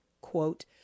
Quote